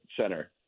center